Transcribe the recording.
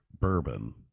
bourbon